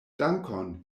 dankon